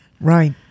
Right